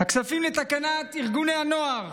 הכספים לתקנת ארגוני הנוער,